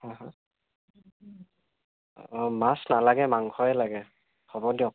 হা হা মাছ নালাগে মাংসই লাগে হ'ব দিয়ক